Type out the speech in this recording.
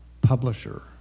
publisher